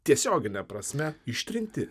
tiesiogine prasme ištrinti